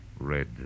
Red